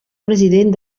president